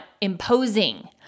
imposing